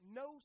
no